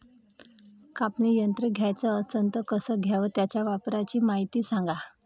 कापनी यंत्र घ्याचं असन त कस घ्याव? त्याच्या वापराची मायती सांगा